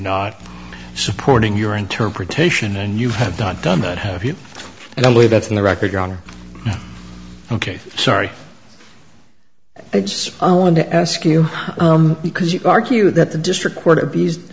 not supporting your interpretation and you have not done that have you and i believe that's in the record your honor ok sorry it's i want to ask you because you argue that the district court abused